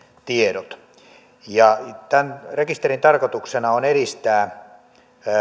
tiedot tämän rekisterin tarkoituksena on edistää